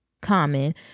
common